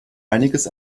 einiges